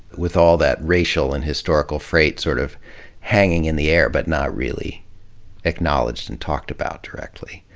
with all that racial and historical freight sort of hanging in the air but not really acknowledged and talked about directly.